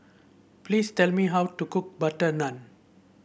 please tell me how to cook butter naan